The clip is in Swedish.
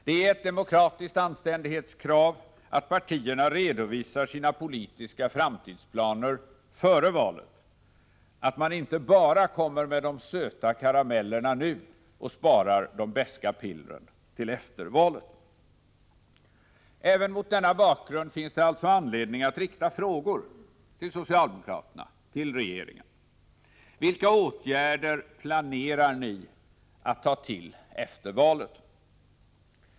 Det är ett demokratiskt anständighetskrav att partierna redovisar sina politiska framtidsplaner före valet — att man inte bara kommer med de söta karamellerna nu och spar de beska pillren till efter valet. Även mot denna bakgrund finns det alltså anledning att rikta frågor till socialdemokraterna och till regeringen. Vilka åtgärder planerar ni att ta till efter valet?